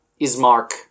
Ismark